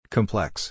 Complex